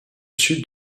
sud